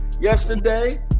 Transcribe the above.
yesterday